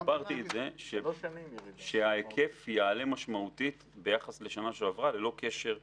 הסברתי שההיקף יעלה משמעותית ביחס לשנה שעברה ללא קשר לקורונה.